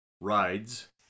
Rides